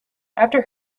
after